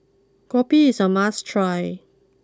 Kopi is a must try